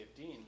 15